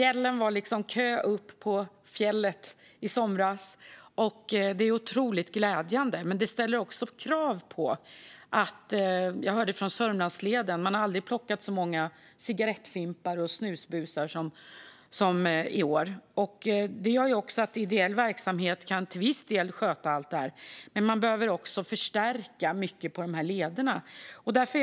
Det var kö upp på fjället i somras. Detta är otroligt glädjande, men det ställer också krav. Jag hörde att man på Sörmlandsleden aldrig har plockat så många cigarettfimpar och snusbusar som i år. Ideell verksamhet kan till viss del sköta detta, men man behöver också förstärka mycket på dessa leder.